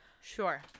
Sure